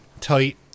tight